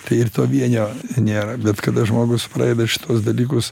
tai ir to vienio nėra bet kada žmogus pradeda šituos dalykus